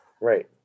Right